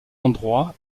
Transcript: endroit